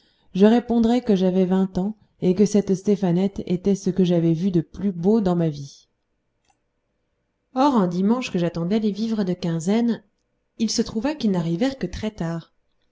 je répondrai que j'avais vingt ans et que cette stéphanette était ce que j'avais vu de plus beau dans ma vie or un dimanche que j'attendais les vivres de quinzaine il se trouva qu'ils n'arrivèrent que très tard